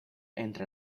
entre